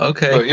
Okay